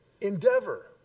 endeavor